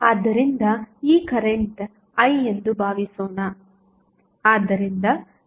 ಆದ್ದರಿಂದ ಈ current I ಎಂದು ಭಾವಿಸೋಣ